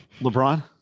LeBron